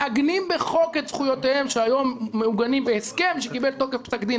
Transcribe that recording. מעגנים בחוק את זכויותיהם שהיום מעוגנות בהסכם שקיבל תוקף פסק דין,